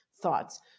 Thoughts